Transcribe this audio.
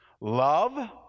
Love